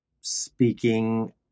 speaking